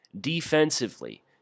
Defensively